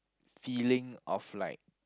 feeling of like